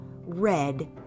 red